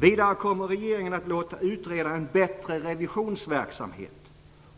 Vidare kommer regeringen att låta utreda en bättre revisionsverksamhet